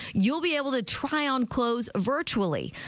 you'll be able to try on clothes virtually.